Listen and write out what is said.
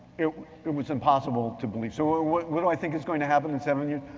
it it was impossible to believe. so ah what what do i think is going to happen in seven years?